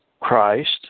Christ